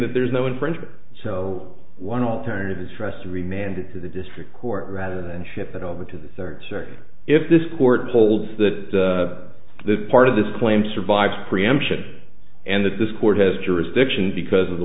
that there is no infringement so one alternative is for us to remand it to the district court rather than ship it over to the search or if this court holds that the the part of this claim survives preemption and that this court has jurisdiction because of the